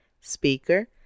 Speaker